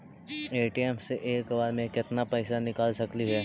ATM से एक बार मे केत्ना पैसा निकल सकली हे?